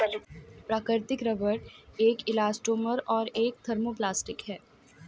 प्राकृतिक रबर एक इलास्टोमेर और एक थर्मोप्लास्टिक है